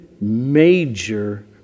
major